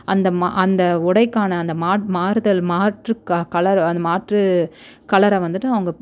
அந்த ம அந்த உடைக்கான அந்த ம மாறுதல் மாற்று க கலரு அந்த மாற்று கலரை வந்துட்டு அவங்க